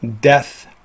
death